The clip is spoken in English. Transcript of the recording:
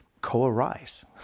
co-arise